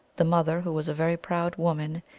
the mother, who was a very proud woman,